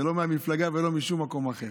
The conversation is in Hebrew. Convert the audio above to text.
הוא לא מהמפלגה ולא משום מקום אחר.